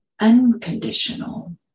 unconditional